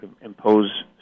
impose